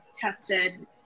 tested